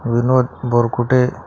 Vinod Borkute